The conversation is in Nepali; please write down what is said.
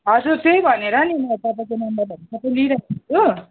हजुर त्यही भनेर नि म तपाईँको नम्बरहरू सबै लिइरहेको छु